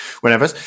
whenever